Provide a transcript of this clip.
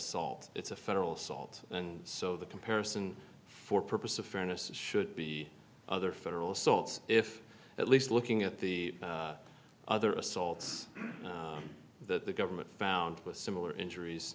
ult it's a federal salt and so the comparison for purpose of fairness should be other federal sorts if at least looking at the other assaults that the government found with similar injuries